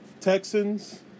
Texans